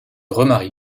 remarie